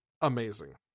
amazing